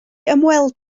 ymweld